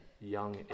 young